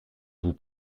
vous